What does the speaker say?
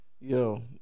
yo